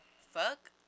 Fuck